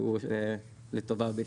שהוא לטובה בישראל.